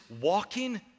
walking